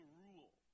rule